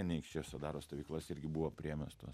anykščiuose daro stovyklas irgi buvo priėmęs tuos